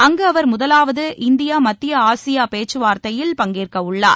அங்கு அவர் முதலாவது இந்தியா மத்திய ஆசியா பேச்சுவார்த்தையில் பங்கேற்க உள்ளார்